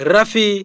Rafi